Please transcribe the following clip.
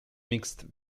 mixed